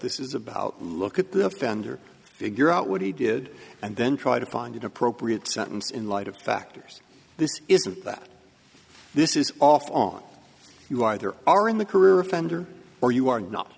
this is about look at the offender figure out what he did and then try to find an appropriate sentence in light of the factors this isn't that this is off on you either are in the career offender or you are not